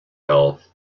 health